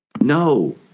No